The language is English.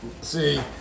See